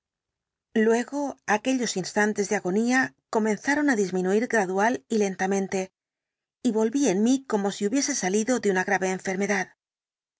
luego aquellos instantes de agonía comenzaron á disminuir gradual y lentamente y volví en mí como si hubiese salido de una grave enfermedad